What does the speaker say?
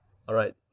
alright